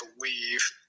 believe